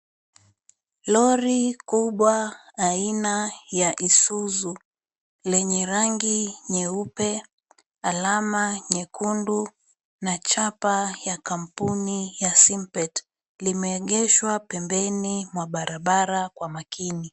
Lori kubwa aina ya Isuzu lenye rangi nyeupe ,alama nyekundu na chapa ya kampuni ya simpet limeegeshwa pembeni mwa barabara kwa makini.